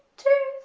two